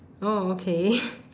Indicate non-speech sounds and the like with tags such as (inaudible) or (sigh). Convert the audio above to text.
oh okay (breath)